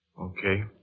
Okay